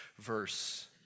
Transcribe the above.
verse